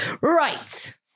Right